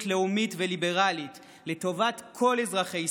לאומית וליברלית לטובת כל אזרחי ישראל.